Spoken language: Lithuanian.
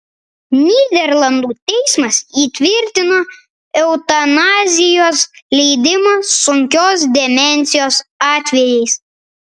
nyderlandų teismas įtvirtino eutanazijos leidimą sunkios demencijos atvejais